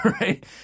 Right